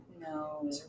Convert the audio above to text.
no